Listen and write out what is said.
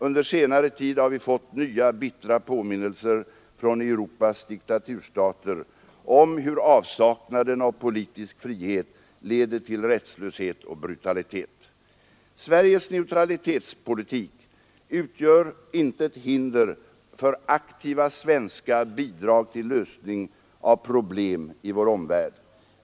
Under senare tid har vi fått nya bittra påminnelser från Europas diktaturstater om hur avsaknaden av politisk frihet leder till rättslöshet och brutalitet. Sveriges neutralitetspolitik utgör intet hinder för aktiva svenska bidrag till lösning av problem i vår omvärld.